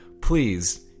please